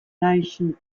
nation